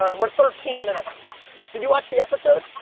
um we're thirteen minutes. did you watch the episode?